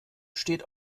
steht